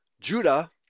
Judah